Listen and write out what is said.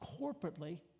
corporately